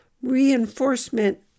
reinforcement